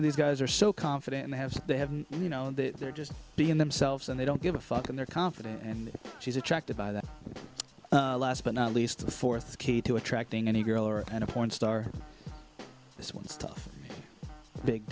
of these guys are so confident and have so they have you know that they're just being themselves and they don't give a fuck and they're confident and she's attracted by that last but not least the fourth key to attracting any girl or and a porn star this one's tough big